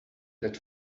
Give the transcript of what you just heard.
that